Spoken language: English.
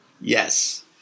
Yes